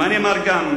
מה נאמר עוד,